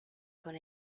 con